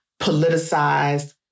politicized